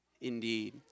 indeed